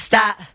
Stop